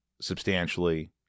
substantially